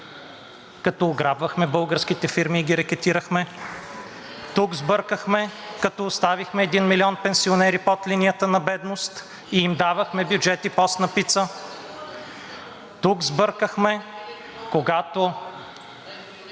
като ограбвахме българските фирми и ги рекетирахме, тук сбъркахме, като оставихме един милион пенсионери под линията на бедност и им давахме бюджети „постна пица“ (шум и реплики от